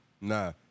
Nah